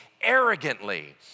arrogantly